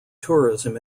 tourism